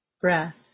breath